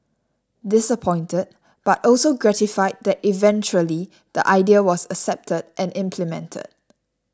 disappointed but also gratified that eventually the idea was accepted and implemented